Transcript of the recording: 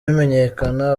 bimenyekana